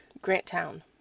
Granttown